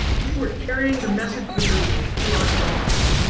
we were carrying the message of the movement through our songs.